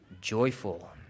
joyful